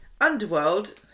Underworld